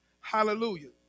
Hallelujah